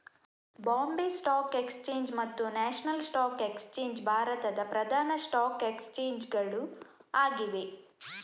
Bombay stock exchange ಮತ್ತು national stock exchange ಭಾರತದ ಪ್ರಧಾನ ಸ್ಟಾಕ್ ಎಕ್ಸ್ಚೇಂಜ್ ಗಳು ಆಗಿವೆ